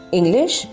English